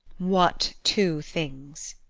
what two things?